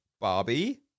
barbie